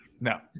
No